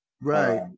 Right